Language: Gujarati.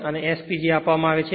અને SPG આપવામાં આવે છે